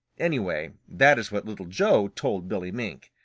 anyway, that is what little joe told billy mink.